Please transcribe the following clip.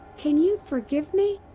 can you forgive me?